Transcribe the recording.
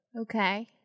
okay